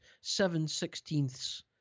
seven-sixteenths